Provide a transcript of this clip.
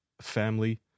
family